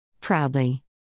Proudly